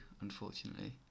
unfortunately